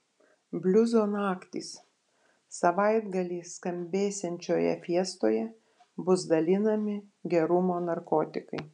bliuzo naktys savaitgalį skambėsiančioje fiestoje bus dalinami gerumo narkotikai